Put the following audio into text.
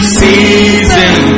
season